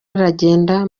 aragenda